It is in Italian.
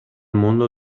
mondo